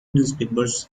newspapers